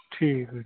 ਠੀਕ ਆ